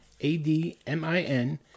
A-D-M-I-N